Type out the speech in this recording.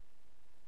,